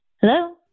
Hello